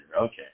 Okay